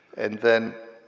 and then